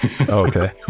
Okay